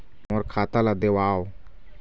मोर खाता ला देवाव?